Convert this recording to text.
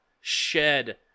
shed